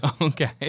Okay